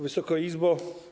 Wysoka Izbo!